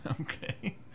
Okay